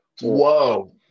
Whoa